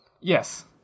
Yes